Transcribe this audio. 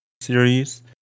series